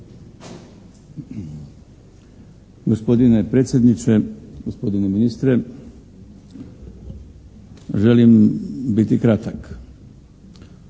Gospodine predsjedniče, gospodine ministre. Želim biti kratak.